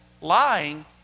lying